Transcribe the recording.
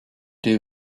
des